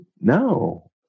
no